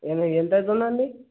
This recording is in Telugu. ఏందీ ఎంత అయితుంది అండి